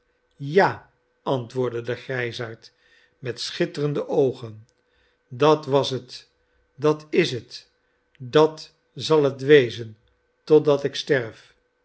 jal antwoordde de grijsaard met schitterende oogen dat was het dat is het dat zal het wezen totdat ik sterf